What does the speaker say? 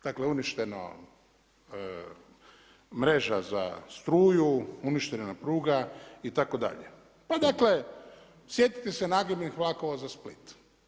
Dakle uništeno mreža za struju, uništena nam pruga, itd. pa dakle, sjetite se nagibnih vlakova za Split.